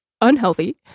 unhealthy